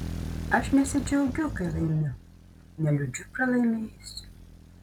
aš nesidžiaugiu kai laimiu neliūdžiu pralaimėjusi